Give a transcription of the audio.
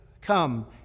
come